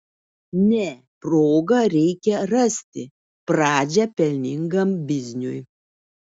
ne progą reikia rasti pradžią pelningam bizniui